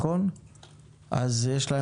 ויש להם